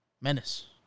Menace